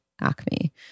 ACME